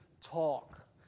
talk